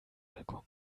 balkon